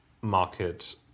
market